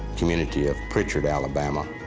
community of prichard, alabama.